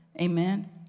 amen